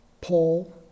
Paul